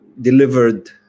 delivered